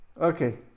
Okay